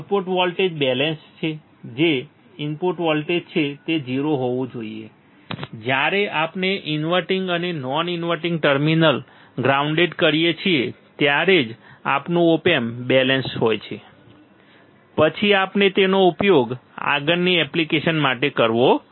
output voltage balance જે output voltage છે તે 0 હોવું જોઈએ જ્યારે આપણે આપણા ઇન્વર્ટીંગ અને નોન ઇન્વર્ટીંગ ટર્મિનલ્સને ગ્રાઉન્ડેડ કરીએ છીએ ત્યારે જ આપણું ઓપ એમ્પ બેલેન્સ હોય છે પછી આપણે તેનો ઉપયોગ આગળની એપ્લિકેશન માટે કરવો જોઈએ બરાબર